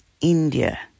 India